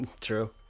true